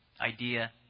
idea